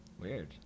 weird